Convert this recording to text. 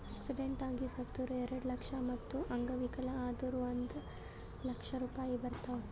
accident ಆಗಿ ಸತ್ತುರ್ ಎರೆಡ ಲಕ್ಷ, ಮತ್ತ ಅಂಗವಿಕಲ ಆದುರ್ ಒಂದ್ ಲಕ್ಷ ರೂಪಾಯಿ ಬರ್ತಾವ್